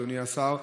אדוני השר,